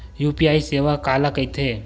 UPI सेवा काला कइथे?